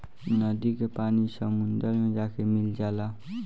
नदी के पानी समुंदर मे जाके मिल जाला